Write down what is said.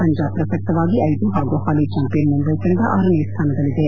ಪಂಜಾಬ್ ಪ್ರಸಕ್ತವಾಗಿ ಐದು ಹಾಗೂ ಹಾಲಿ ಚಾಂಪಿಯನ್ ಮುಂಬೈ ತಂಡ ಆರನೇ ಸ್ಥಾನದಲ್ಲಿದೆ